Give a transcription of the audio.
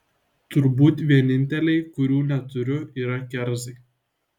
turbūt vieninteliai kurių neturiu yra kerzai